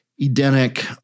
Edenic